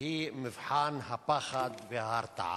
והיא מבחן הפחד וההרתעה.